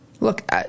look